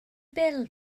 bil